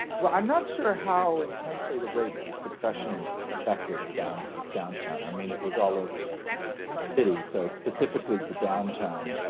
well, i'm not sure how intensely the great depression affected down downtown, i mean it was all over the city. so specifically to downtown,